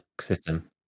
system